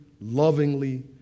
lovingly